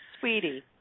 sweetie